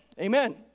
Amen